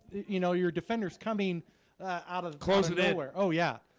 you know, your defenders coming out of the closet anywhere oh, yeah,